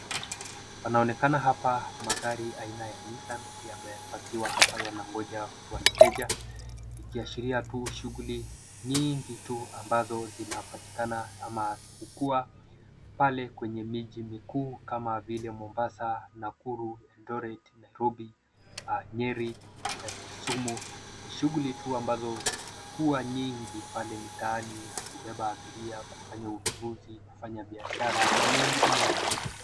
Panaonekana hapa magari aina ya Nissan yamepakiwa hapa yanangoja wateja ikiashiria tu shughuli nyingi tu ambazo zinapatikana na hukuwa pale kwenye miji mikuu kama vile Mombasa, Nakuru, Eldoret , Nairobi, Nyeri, Kisumu; ni shughuli tu ambazo huwa nyingi pale mitaani ya kubeba abiria, kufanya ununuzi , kufanya biashara na menginezo.